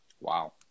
Wow